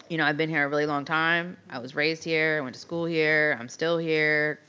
you know i've been here a really long time, i was raised here, went to school here, i'm still here,